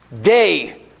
day